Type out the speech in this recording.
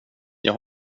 jag